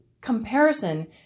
comparison